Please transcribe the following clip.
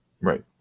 Right